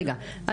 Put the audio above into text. רגע,